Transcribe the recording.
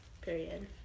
period